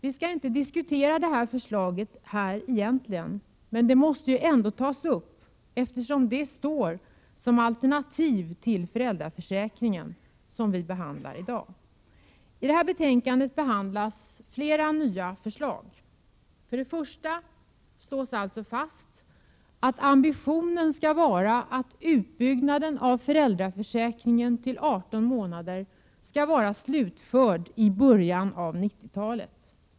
Vi skall egentligen inte diskutera det förslaget här, men det måste ju ändå nämnas, eftersom det står som alternativ till föräldraförsäkringen, som vi ju behandlar i dag. I det här betänkandet behandlas flera nya förslag. Först slås alltså fast ambitionen att utbyggnaden av föräldraförsäkringen till 18 månader skall vara uppfylld i början av 1990-talet.